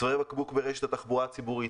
צווארי הבקבוק ברשת התחבורה הציבורית,